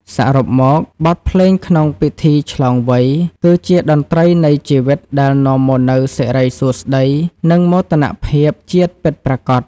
សរុបមក បទភ្លេងក្នុងពិធីឆ្លងវ័យ គឺជាតន្ត្រីនៃជីវិតដែលនាំមកនូវសិរីសួស្ដី និងមោទនភាពជាតិពិតប្រាកដ។